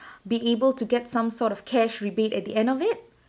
be able to get some sort of cash rebate at the end of it